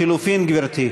לחלופין, גברתי,